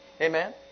Amen